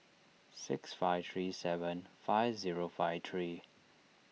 six five three seven five zero five three